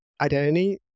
identity